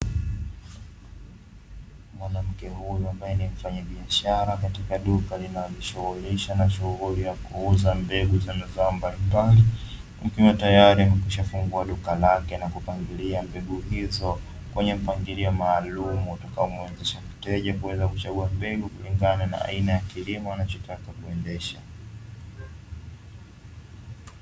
Mwanamke huyo ambaye ni mfanyabiashara katika duka linahamishwa na shughuli ya kuuza mbegu za mazao mbalimbali, kukiwa tayari kushafungua duka lake na kupangilia mbegu hizo kwenye mpangilio maalum utakaomwezesha mteja kuweza kuchagua mbegu kulingana na aina ya kilimo wanachotaka kuendesha.